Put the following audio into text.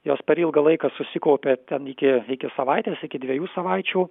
jos per ilgą laiką susikaupė ten iki iki savaitės iki dviejų savaičių